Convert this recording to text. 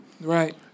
Right